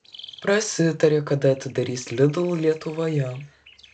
prasitarė kada atidarys lidl lietuvoje